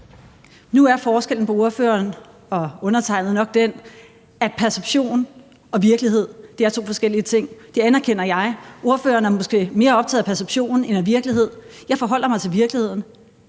Nu er forskellen på ordføreren og undertegnede nok den, at perception og virkelighed er to forskellige ting. Det anerkender jeg. Ordføreren er måske mere optaget af perception end af virkelighed. Jeg forholder mig til virkeligheden.